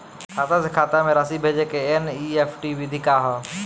खाता से खाता में राशि भेजे के एन.ई.एफ.टी विधि का ह?